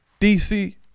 DC